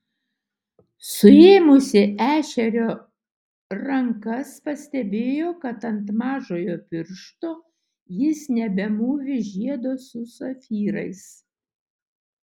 suėmusi ešerio rankas pastebėjo kad ant mažojo piršto jis nebemūvi žiedo su safyrais